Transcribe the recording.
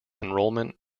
enrollment